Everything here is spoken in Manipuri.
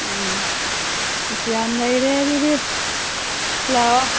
ꯎꯝ ꯑꯁ ꯌꯥꯝ ꯂꯩꯔꯦ ꯑꯗꯨꯗꯤ ꯂꯥꯛꯑꯣ